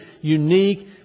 unique